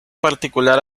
particular